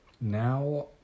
now